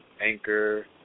anchor